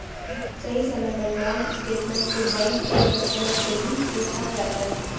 सही समय पर लोन स्टेटमेन्ट को बैंक के कस्टमर से भी पूछा जाता है